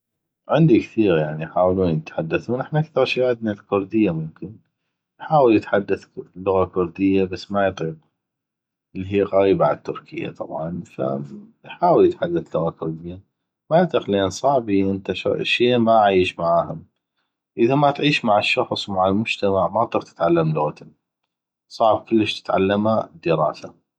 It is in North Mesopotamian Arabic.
عندي كثيغ يعني يحاولون يتحدثون احنا اكثغ شي عدنا الكرديه ممكن يحاول انو يتحدث اللغه الكرديه بس ما يطيق اللي هيه قغيبي عالتركيه طبعا ف يحاول يتحدث لغه كرديه ما يطيق لان صعبي لان انته ما عيش معاهم اذا ما تعيش مع الشخص ومع المجتمع ما تطيق تتعلم لغتم صعب كلش تتعلمه دراسه